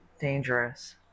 dangerous